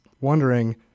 wondering